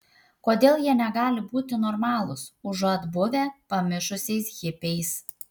kodėl jie negali būti normalūs užuot buvę pamišusiais hipiais